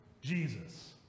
Jesus